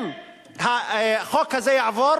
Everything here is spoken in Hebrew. אם החוק הזה יעבור,